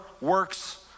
works